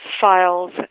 files